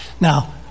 Now